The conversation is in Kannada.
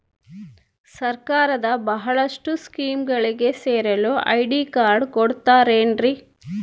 ಸರ್ಕಾರದ ಬಹಳಷ್ಟು ಸ್ಕೇಮುಗಳಿಗೆ ಸೇರಲು ಐ.ಡಿ ಕಾರ್ಡ್ ಕೊಡುತ್ತಾರೇನ್ರಿ?